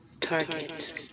target